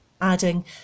adding